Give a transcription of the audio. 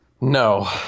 No